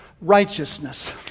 righteousness